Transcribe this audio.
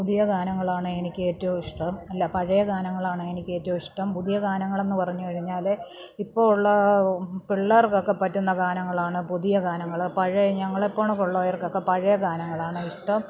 പുതിയ ഗാനങ്ങളാണ് എനിക്ക് ഏറ്റവും ഇഷ്ടം അല്ല പഴയ ഗാനങ്ങളാണ് എനിക്ക് ഏറ്റവും ഇഷ്ടം പുതിയ ഗാനങ്ങളെന്ന് പറഞ്ഞു കഴിഞ്ഞാല് ഇപ്പോൾ ഉള്ള പിള്ളേർക്കൊക്കെ പറ്റുന്ന ഗാനങ്ങളാണ് പുതിയ ഗാനങ്ങള് പഴയ ഞങ്ങളെ പോലുള്ളവർക്കൊക്കെ പഴയ ഗാനങ്ങളാണ് ഇഷ്ടം